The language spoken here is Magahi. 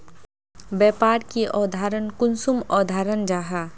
व्यापार की अवधारण कुंसम अवधारण जाहा?